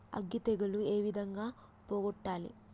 అగ్గి తెగులు ఏ విధంగా పోగొట్టాలి?